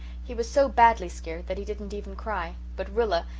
he was so badly scared that he didn't even cry, but rilla,